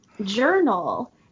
journal